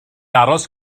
aros